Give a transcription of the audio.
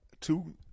two